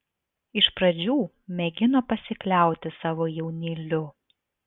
iš pradžių mėgino pasikliauti savo jaunyliu